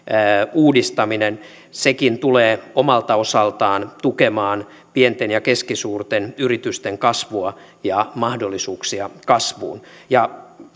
uudistaminen sekin tulee omalta osaltaan tukemaan pienten ja keskisuurten yritysten kasvua ja mahdollisuuksia kasvuun ja